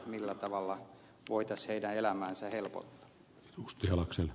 millä tavalla voitaisiin heidän elämäänsä helpottaa